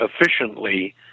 efficiently